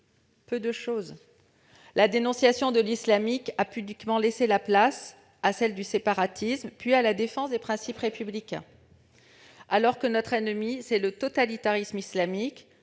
Peu de choses ... La dénonciation de l'islamisme a pudiquement laissé place à celle du séparatisme, puis à la défense des principes républicains. Alors que notre ennemi, c'est le totalitarisme islamique,